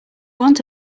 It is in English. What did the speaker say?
want